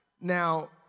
Now